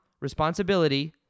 responsibility